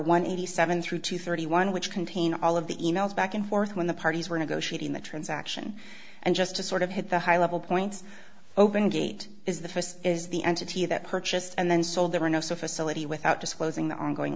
one eighty seven through two thirty one which contain all of the e mails back and forth when the parties were negotiating the transaction and just to sort of hit the high level point open gate is the first is the entity that purchased and then sold there were no so facility without disclosing the ongoing